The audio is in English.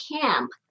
camp